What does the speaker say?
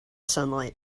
sunlight